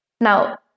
Now